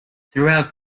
throughout